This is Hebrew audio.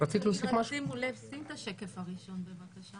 שימו לב שים את השקף הראשון בבקשה